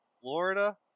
florida